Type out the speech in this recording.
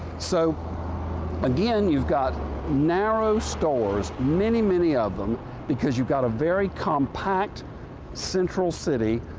so again, you've got narrow stores many, many of them because you've got a very compact central city.